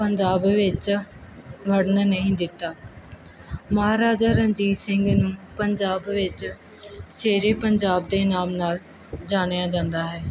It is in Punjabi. ਪੰਜਾਬ ਵਿੱਚ ਵੜਨ ਨਹੀਂ ਦਿੱਤਾ ਮਹਾਰਾਜਾ ਰਣਜੀਤ ਸਿੰਘ ਨੂੰ ਪੰਜਾਬ ਵਿੱਚ ਸ਼ੇਰੇ ਪੰਜਾਬ ਦੇ ਨਾਮ ਨਾਲ ਜਾਣਿਆ ਜਾਂਦਾ ਹੈ